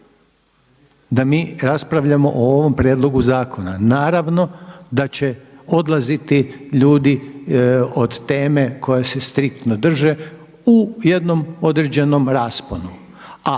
da mi raspravljamo o ovom prijedlogu zakona. Naravno da će odlaziti ljudi od teme koje se striktno drže u jednom određenom rasponu, a